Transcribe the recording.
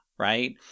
right